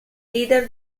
leader